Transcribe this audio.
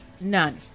None